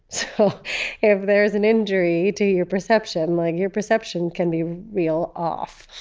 so if there is an injury to your perception, like your perception can be real off.